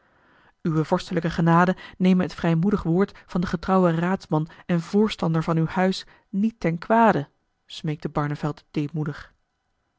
uwe vorstelijke genade neme het vrijmoedig woord van den getrouwen raadsman en voorstander van uw huis niet ten kwade